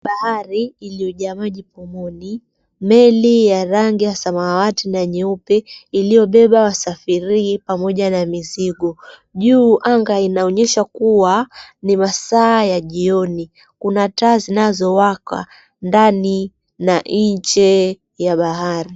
Bahari imejaa maji pomoni. Meli ya rangi ya samawati na nyeupe iliyobeba wasafiri pamoja na mizigo, juu anga inaonyesha kuwa ni masaa ya jioni. Kuna taa ziwakazo ndani na nje ya bahari.